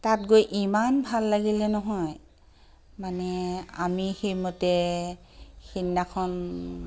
তাত গৈ ইমান ভাল লাগিলে নহয় মানে আমি সেইমতে সেইদিনাখন